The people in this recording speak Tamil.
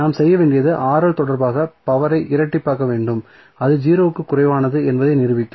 நாம் செய்ய வேண்டியது தொடர்பாக பவர் ஐ இரட்டிப்பாக்க வேண்டும் அது 0 க்கும் குறைவானது என்பதை நிரூபிக்கும்